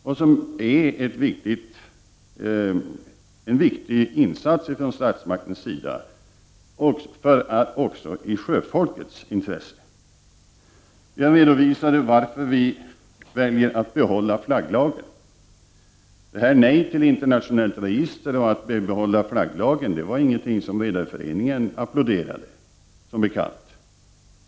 Det är en viktig insats från statsmaktens sida och ligger också i sjöfolkets intresse. Jag redovisade varför vi väljer att behålla flagglagen. Vår inställning till ett internationellt register och till flagglagen var ingenting som Redareföreningen applåderade, som bekant.